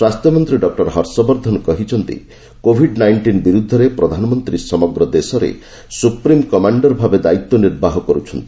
ସ୍ୱାସ୍ଥ୍ୟମନ୍ତ୍ରୀ ଡକ୍କର ହର୍ଷବର୍ଦ୍ଧନ କହିଛନ୍ତି Covid nineteen ବିରୁଦ୍ଧରେ ପ୍ରଧାନମନ୍ତ୍ରୀ ସମଗ୍ର ଦେଶରେ ସୁପ୍ରିମ କମାଣ୍ଡରଭାବେ ଦାୟିତ୍ୱ ନିର୍ବାହ କରୁଛନ୍ତି